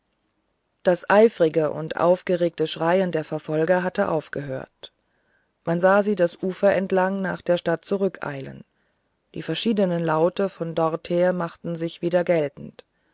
das eifrige und aufgeregte schreien der verfolger hatte aufgehört man sah sie das ufer entlang nach der stadt zurückeilen die verschiedenen laute von dort her machten sich wieder geltend